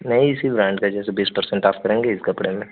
नहीं इसी ब्रांड का जैसे बीस परसेंट आफ करेंगे इस कपड़े में